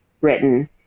written